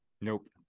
Nope